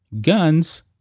Guns